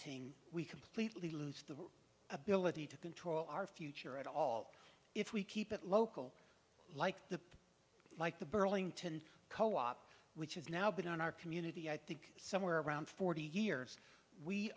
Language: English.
we completely lose the ability to control our future at all if we keep it local like the like the burlington co op which has now been on our community i think somewhere around forty years we